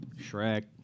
Shrek